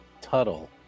Tuttle